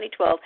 2012